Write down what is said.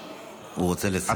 הוא רוצה לסיים.